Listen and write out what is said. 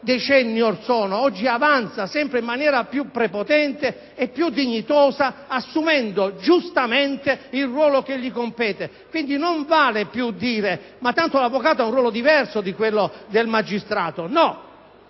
decenni or sono. Oggi avanza in maniera sempre più prepotente e più dignitosa, assumendo giustamente il ruolo che gli compete. Quindi non vale più dire: ma tanto l'avvocato ha un ruolo diverso da quello del magistrato!